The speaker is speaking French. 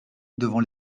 devant